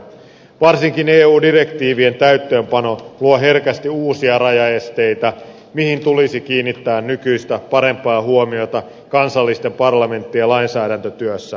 varsinkin eu direktiivien täytäntöönpano luo herkästi uusia rajaesteitä mihin tulisi kiinnittää nykyistä parempaa huomiota kansallisten parlamenttien lainsäädäntötyössä